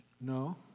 No